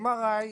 ל-MRI,